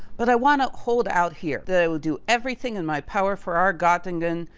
but i wanna hold out here that i will do everything in my power for our gottingen,